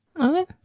okay